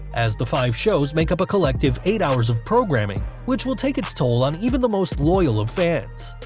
as the five shows make up a collective eight hours of programming, which will take its toll on even the most loyal of fans.